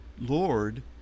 Lord